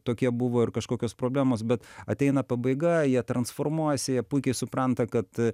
tokie buvo ir kažkokios problemos bet ateina pabaiga jie transformuojasi jie puikiai supranta kad